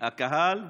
הקהל,